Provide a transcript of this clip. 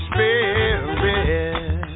Spirit